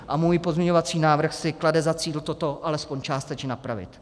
A můj pozměňovací návrh si klade za cíl toto alespoň částečně napravit.